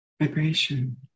vibration